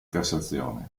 cassazione